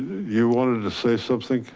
you wanted to say something? like